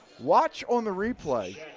watch on the replay,